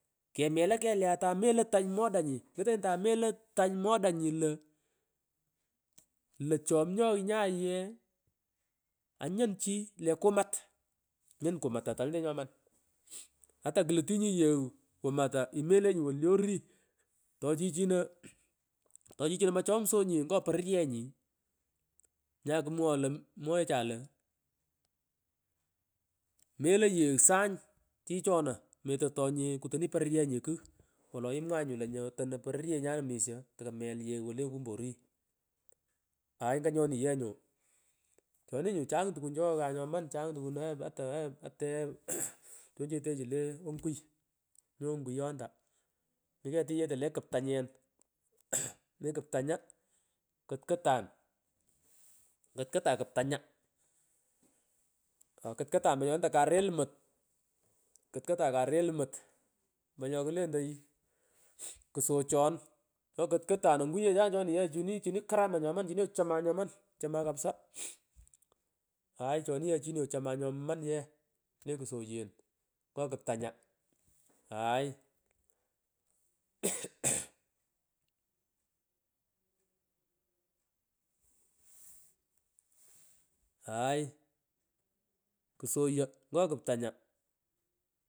Kemela kegh letay noely tany modanyi ingutonyi tameloy modanyi io lo chomnosh naye anyuri le kumat anyuri kumata telenyete nyoman mmh atakulutunyi yegh kumata imelenyi woku le orii tochichino, tochichino mochomsonyet ngo pororyenyi nyang kumwaghoi wo imwoghecha lo meloy yegh sany chichona mutotonye kutoniy poronyenyi kugh woloimwagah nyu lo nyotononi pororyengan omisko tokune yegh wolu le okumbo ori aay nyanyoni ye nyu choni nye chang tukun chongan nyoman chang bukuri.